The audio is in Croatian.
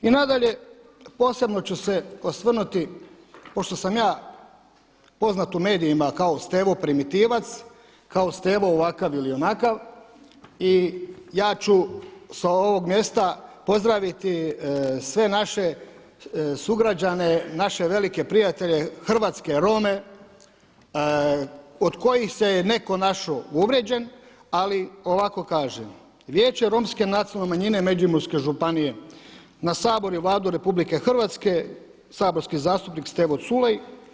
I nadalje posebno ću se osvrnuti pošto sam ja poznat u medijima kao Stevo primitivac, kao Stevo ovakav ili onakav i ja ću sa ovog mjesta pozdraviti sve naše sugrađane, naše velike prijatelje, hrvatske Rome od kojih se je netko našao uvrijeđen ali ovako kaže: „Vijeće Romske nacionalne manjine Međimurske županije na Sabor i Vladu RH saborski zastupnik Stevo Culej.